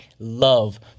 love